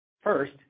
First